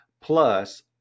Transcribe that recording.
Plus